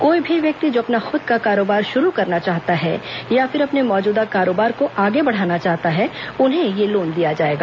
कोई भी व्यक्ति जो अपना खुद का कारोबार शुरू करना चाहता है या फिर अपने मौजूदा कारोबार को आगे बढ़ाना चाहता है उन्हें यह लोन दिया जाएगा